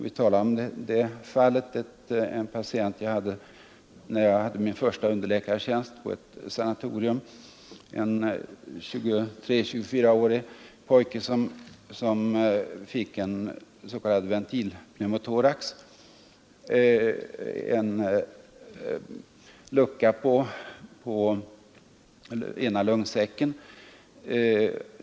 Vi talade bl.a. om en patient som jag hade under min första underläkartjänstgöring på ett sanatorium, en 23—24-årig pojke som fick en s.k. ventilpneumotorax, dvs. en lucka på ena lungsäcken.